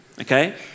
Okay